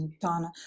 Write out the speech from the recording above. Donna